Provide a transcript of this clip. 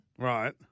Right